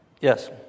Yes